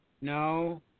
No